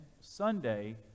Sunday